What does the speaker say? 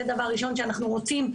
זה דבר ראשון שאנחנו רוצים.